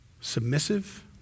Submissive